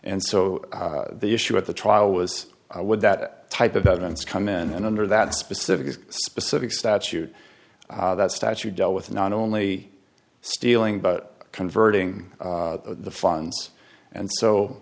and so the issue at the trial was would that type of evidence come in and under that specific a specific statute that statute deal with not only stealing but converting the funds and so